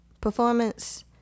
performance